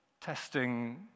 testing